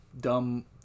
dumb